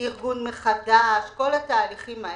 בעניין השיפוי.